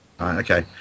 Okay